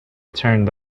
turned